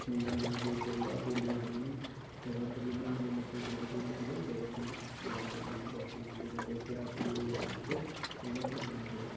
खमीरा नांऽ चेंज करू ओड़ा पूड़ियां आखदे उ'नें ई रोट्ट बी बनांदे मिट्ठे चोल बी बनांदे ते कन्नै जादैतर ब्याह् कारजें च बनदे जां कोई ध्यार ध्यूर होऐ घरै च एह्दे उप्पर बनांदे